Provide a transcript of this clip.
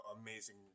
amazing